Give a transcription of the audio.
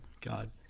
god